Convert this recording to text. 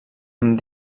amb